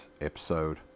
episode